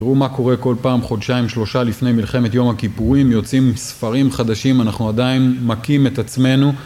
תראו מה קורה כל פעם חודשיים שלושה לפני מלחמת יום הכיפורים יוצאים ספרים חדשים, אנחנו עדיין מכים את עצמנו